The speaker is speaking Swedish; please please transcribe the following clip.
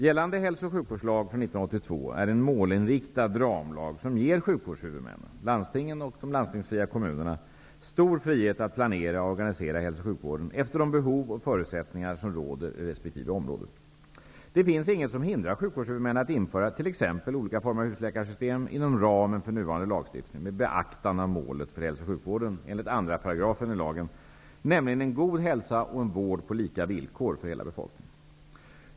Gällande hälso och sjukvårdslag från 1982 är en målinriktad ramlag som ger sjukvårdshuvudmännen, landstingen och de landstingsfria kommunerna, stor frihet att planera och organisera hälso och sjukvården efter de behov och förutsättningar som råder i resp. sjukvårdsområde. Det finns inget som hindrar sjukvårdshuvudmännen att införa t.ex. olika former av husläkarsystem inom ramen för nuvarande lagstiftning med beaktande av målet för hälso och sjukvården enligt 2 § hälso och sjukvårdslagen, nämligen en god hälsa och en vård på lika villkor för hela befolkningen.